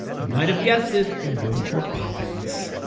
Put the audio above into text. you might have guessed it, we are going for poppins.